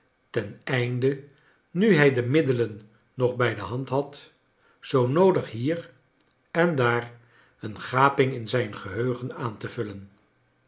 ten einde nu hij de middelen nog bij de hand had zoo noodig hier en daar een gaping in zijn geheugen aan te vullen